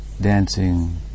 dancing